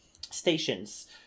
stations